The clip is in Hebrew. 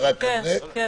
כן.